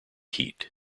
heat